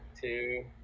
two